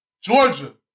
Georgia